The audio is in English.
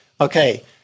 Okay